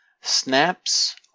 Snaps